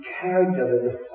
character